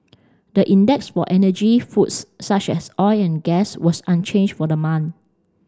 the index for energy foods such as oil and gas was unchanged for the month